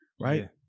right